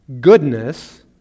goodness